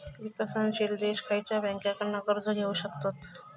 विकसनशील देश खयच्या बँकेंकडना कर्ज घेउ शकतत?